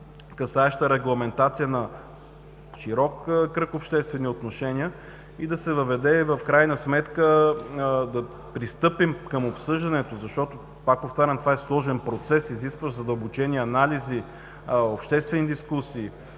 касаеща регламентация на широк кръг обществени отношения, и в крайна сметка да пристъпим към обсъждането. Повтарям, това е сложен процес, изискващ задълбочени анализи, обществени дискусии.